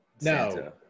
no